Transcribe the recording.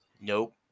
Nope